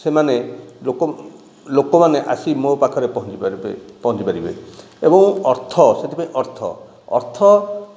ସେମାନେ ଲୋକ ଲୋକମାନେ ଆସି ମୋ ପାଖରେ ପହଞ୍ଚିପାରିବେ ପହଞ୍ଚିପାରିବେ ଏବଂ ଅର୍ଥ ସେଥିପାଇଁ ଅର୍ଥ ଅର୍ଥ